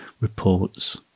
reports